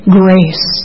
grace